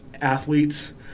athletes